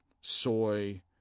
soy